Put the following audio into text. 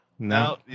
No